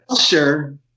Sure